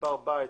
מספר בית,